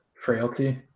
Frailty